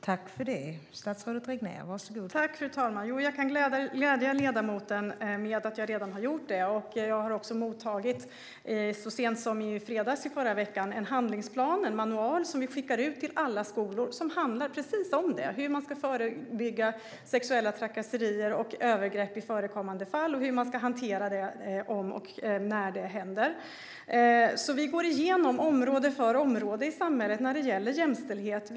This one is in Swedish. Fru talman! Jag kan glädja ledamoten med att jag redan har gjort det. Så sent som i fredags i förra veckan mottog jag en handlingsplan, en manual som vi skickar ut till alla skolor. Den handlar om precis det, hur man ska förebygga sexuella trakasserier och övergrepp i förekommande fall och hur man ska hantera det om och när det händer. Vi går igenom samhällsområde för samhällsområde när det gäller jämställdhet.